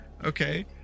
okay